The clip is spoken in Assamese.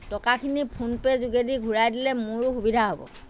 টকাখিনি ফোন পে' যোগেদি ঘূৰাই দিলে মোৰো সুবিধা হ'ব